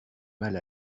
mal